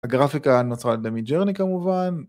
הגרפיקה נוצרת על ידי מידג'רני כמובן